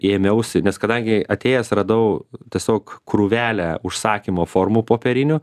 ėmiausi nes kadangi atėjęs radau tiesiog krūvelę užsakymo formų popierinių